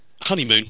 honeymoon